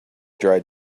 dried